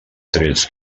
trets